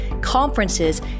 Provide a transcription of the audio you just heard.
conferences